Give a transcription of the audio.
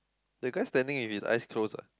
the guy standing with his eyes close ah